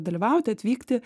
dalyvauti atvykti